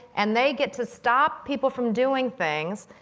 and they get to stop people from doing things.